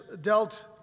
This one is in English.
dealt